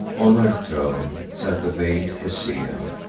on her throne sat the veiled hesea,